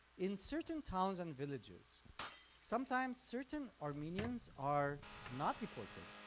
in certain towns and villages sometimes certain armenians are not deported,